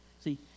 See